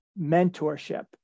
mentorship